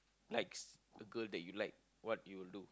likes a girl that you like what do you do